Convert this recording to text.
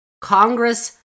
Congress